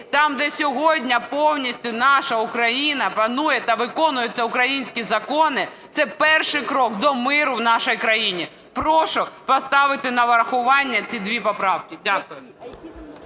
там, де сьогодні повністю наша Україна панує та виконуються українські закони, це перший крок до миру в нашій країні. Прошу поставити на врахування ці дві поправки. Дякую.